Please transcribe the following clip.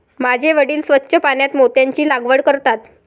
माझे वडील स्वच्छ पाण्यात मोत्यांची लागवड करतात